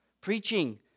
Preaching